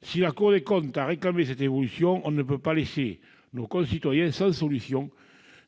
Si la Cour des comptes a réclamé cette évolution, on ne peut pas laisser nos concitoyens sans solution,